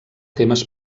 temes